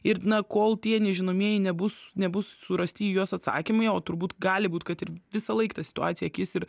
ir na kol tie nežinomieji nebus nebus surasti į juos atsakymai o turbūt gali būt kad ir visą laiką ta situacija kis ir